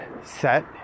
set